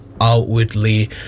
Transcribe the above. outwardly